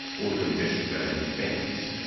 or to investigate an offence,